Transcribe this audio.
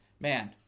man